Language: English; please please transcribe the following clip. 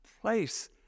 place